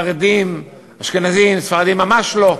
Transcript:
חרדים, אשכנזים, ספרדים, ממש לא,